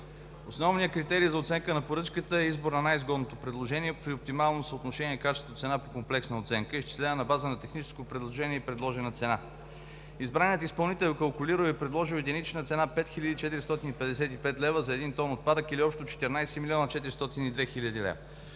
Основният критерий за оценка на поръчката е избор на най-изгодното предложение при оптимално съотношение качество – цена при комплексна оценка, изчислявана на база на техническо предложение и предложена цена. Избраният изпълнител е калкулирал и предложил единична цена 5455 лв. за един тон отпадък, или общо 14 млн. 402 хил.